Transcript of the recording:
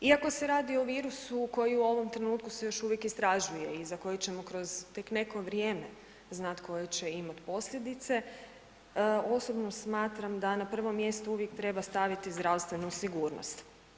Iako se radi o virusu koji u ovom trenutku se još uvijek istražuje i za koji ćemo kroz tek neko vrijeme znat koje će imat posljedice, osobno smatram da na prvom mjestu uvijek treba staviti zdravstvenu sigurnost.